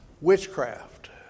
witchcraft